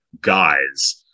guys